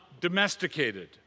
domesticated